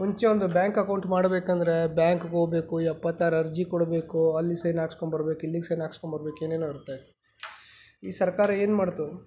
ಮುಂಚೆ ಒಂದು bank account ಮಾಡ್ಬೇಕೆಂದರೆ ಬ್ಯಾಂಕ್ಗೋಗ್ಬೇಕು ಎಪ್ಪತ್ತಾರು ಅರ್ಜಿ ಕೊಡಬೇಕು ಅಲ್ಲಿ ಸೈನ್ ಹಾಕಿಸ್ಕೊಂಬರ್ಬೇಕು ಇಲ್ಲಿಗೆ ಸೈನ್ ಹಾಕಿಸ್ಕೊಂಬರ್ಬೇಕು ಏನೇನೋ ಇರುತ್ತೆ ಈ ಸರ್ಕಾರ ಏನ್ಮಾಡ್ತು